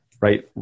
right